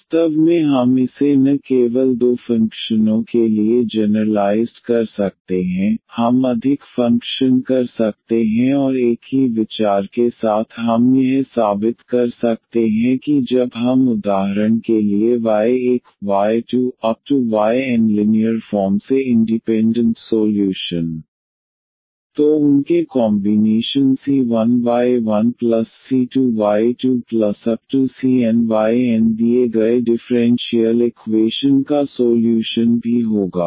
वास्तव में हम इसे न केवल दो फंक्शनों के लिए जनरलाइज़ड कर सकते हैं हम अधिक फंक्शन कर सकते हैं और एक ही विचार के साथ हम यह साबित कर सकते हैं कि जब हम उदाहरण के लिए y1 y2 yn linear form से इंडीपेन्डन्ट सोल्यूशन तो उनके कॉमबीनेशन c1y1c2y2⋯cnyn दिए गए डिफ़्रेंशियल इकवेशन का सोल्यूशन भी होगा